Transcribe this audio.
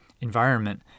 environment